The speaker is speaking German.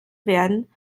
werden